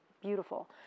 beautiful